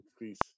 increase